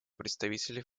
представителей